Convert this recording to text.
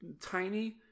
tiny